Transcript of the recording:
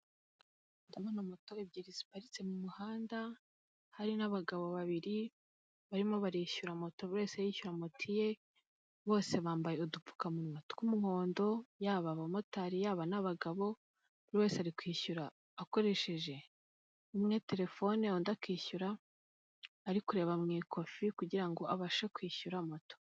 Ndabona moto ebyiri ziparitse mu muhanda, hari n'abagabo babiri barimo barishyura moto buri wese yose yishyura moti ye, bose bambaye udupfukamunwa tw'umuhondo, yaba abamotari, yaba n'abagabo, buri wese ari kwishyura akoresheje umwe telefone, undi akishyura ari kurerebaba mu ikofi kugira ngo abashe kwishyura moto.